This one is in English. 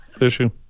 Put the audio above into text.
issue